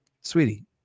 Sweetie